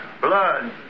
Blood